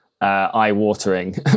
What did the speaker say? Eye-watering